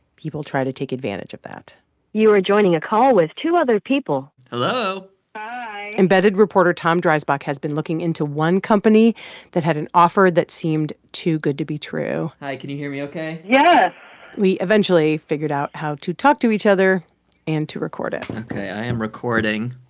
people try to take advantage of that you are joining a call with two other people hello hi embedded reporter tom dreisbach has been looking into one company that had an offer that seemed too good to be true hi. can you hear me ok? yes yeah we eventually figured out how to talk to each other and to record it ok. i am recording.